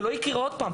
זה לא יקרה עוד פעם.